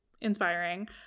inspiring